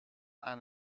aan